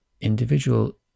individual